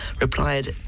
replied